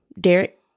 Derek